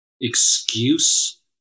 excuse